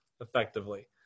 effectively